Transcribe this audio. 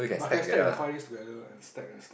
but can I stack the five days together and stack and stack